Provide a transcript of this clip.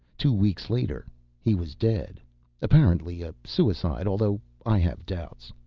two weeks later he was dead apparently a suicide, although i have doubts.